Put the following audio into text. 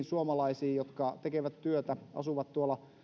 suomalaisiin jotka tekevät työtä ja asuvat tuolla